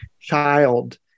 child